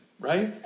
right